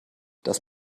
das